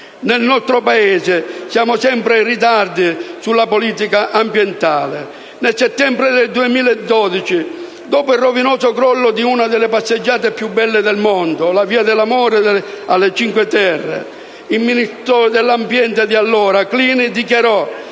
Nel nostro Paese siamo sempre in ritardo sui temi di politica ambientale. Nel settembre 2012, dopo il rovinoso crollo di una delle passeggiate più belle del mondo, la via dell'amore, alle Cinque Terre, il Ministro dell'ambiente di allora, Clini, dichiarò